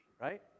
right